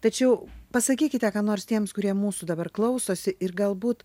tačiau pasakykite ką nors tiems kurie mūsų dabar klausosi ir galbūt